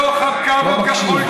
לא מקשיב,